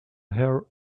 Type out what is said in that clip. hair